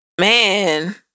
man